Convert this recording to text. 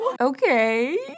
Okay